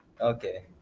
okay